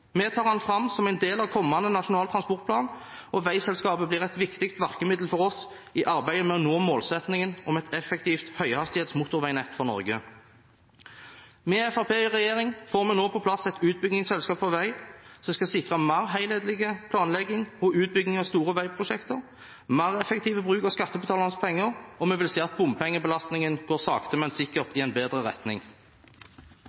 Vi tar den fram som en del av kommende Nasjonal transportplan, og veiselskapet blir et viktig virkemiddel for oss i arbeidet med å nå målsettingen om et effektivt høyhastighets motorveinett for Norge. Med Fremskrittspartiet i regjering får vi nå på plass et utbyggingsselskap for vei, som skal sikre mer helhetlig planlegging og utbygging av store veiprosjekter og mer effektiv bruk av skattebetalernes penger, og vi vil se at bompengebelastningen går sakte, men sikkert i en bedre retning.